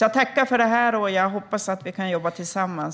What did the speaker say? Jag tackar för detta och hoppas att vi kan jobba tillsammans.